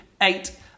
Eight